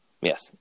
Yes